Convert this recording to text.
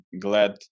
glad